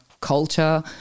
culture